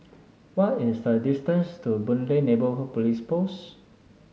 what is the distance to Boon Lay Neighbourhood Police Post